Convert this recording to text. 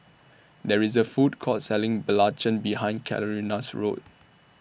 There IS A Food Court Selling Belacan behind Carina's House